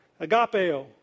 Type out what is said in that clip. Agapeo